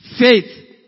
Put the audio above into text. Faith